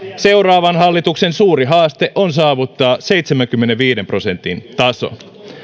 seuraavan hallituksen suuri haaste on saavuttaa seitsemänkymmenenviiden prosentin taso